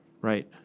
Right